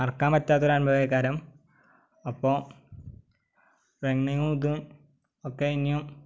മറക്കാൻ പറ്റാത്ത ഒരു അനുഭവമായി കാരണം അപ്പോൾ റണ്ണിങ്ങും ഇതും ഒക്കെ ഇനിയും